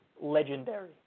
legendary